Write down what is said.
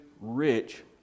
rich